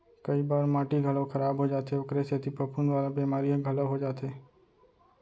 कई बार माटी घलौ खराब हो जाथे ओकरे सेती फफूंद वाला बेमारी ह घलौ हो जाथे